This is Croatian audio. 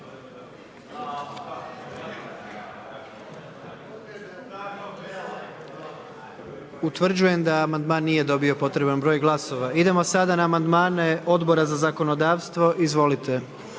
Utvrđujem da amandman nije dobio potreban broj glasova. Idemo na amandman broj 2 istog zastupnika.